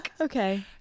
Okay